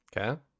Okay